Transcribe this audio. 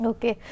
Okay